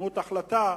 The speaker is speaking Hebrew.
בדמות החלטה,